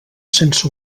sense